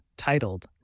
titled